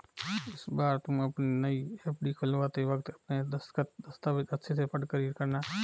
इस बार तुम अपनी नई एफ.डी खुलवाते वक्त अपने दस्तखत, दस्तावेज़ अच्छे से पढ़कर ही करना